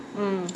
mm